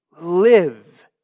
Live